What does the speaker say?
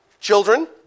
children